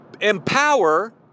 empower